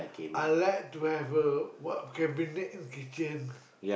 I like to have a what cabinet kitchen